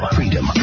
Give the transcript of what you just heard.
Freedom